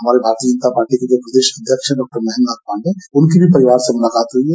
हमारे भारतीय जनता पार्टी के जो प्रदेश अध्यक्ष है महेन्द्रनाथ पाण्डेय उनकी भी परिवार से मुलाकात हुई है